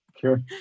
Sure